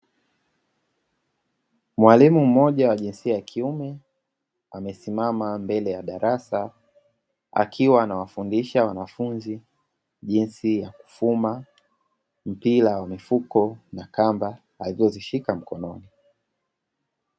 Mwalimu mmoja wa jinsia ya kiume amesimama mbele ya darasa, akiwa anawafundisha wanafunzi jinsi ya kufuma mpira wa mifuko na kamba alizozishika mkononi.